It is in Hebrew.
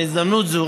בהזדמנות זו.